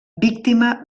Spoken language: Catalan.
víctima